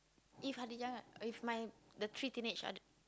if Khadijah if my the three teenage are the